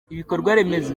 ibikorwaremezo